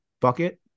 bucket